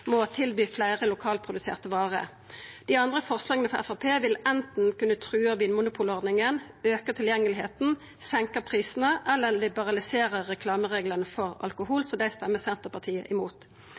må tilby fleire lokalproduserte varer. Dei andre forslaga frå Framstegspartiet vil anten kunna truga vinmonopolordninga, auka tilgjengelegheita, senka prisane eller liberalisera reklamereglane for alkohol,